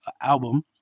album